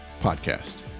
Podcast